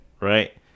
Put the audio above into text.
Right